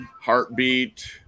heartbeat